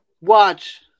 Watch